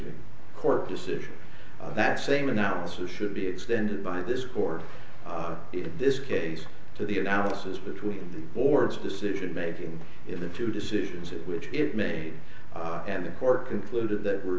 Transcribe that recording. the court decision that same analysis should be extended by this court in this case to the analysis between the board's decision making in the two decisions at which it made and the court concluded that